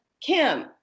Kim